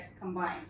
combined